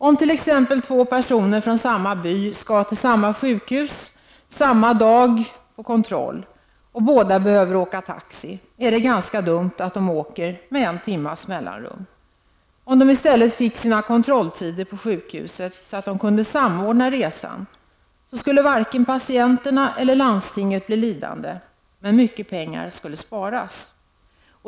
Om t.ex. två personer från samma by skall till samma sjukhus samma dag för kontroll och båda behöver åka taxi, är det ganska dumt att de åker med en timmes mellanrum. Om de i stället fick sådana kontrolltider på sjukhuset att de kunde samordna resan, skulle varken patienterna eller landstinget bli lidande, men mycket pengar skulle sparas.